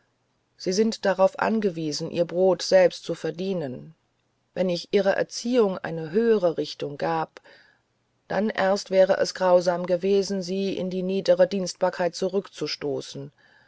sie sind darauf angewiesen ihr brot selbst zu verdienen wenn ich ihrer erziehung eine höhere richtung gab dann erst wäre es grausam gewesen sie in die niedere dienstbarkeit zurückzustoßen